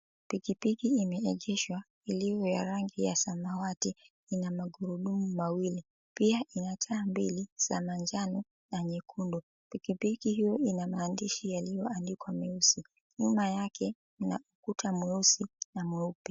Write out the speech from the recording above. Pikipiki imeegeshwa iliyo ya rangi ya samawati ina magurudumu mawili pia ina taa mbili za manjano na nyekundu. Pikipiki hiyo inamaandishi yaliyoandikwa meusi nyuma yake kuna ukuta mweusi na mweupe.